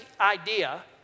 idea